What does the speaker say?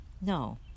No